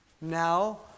now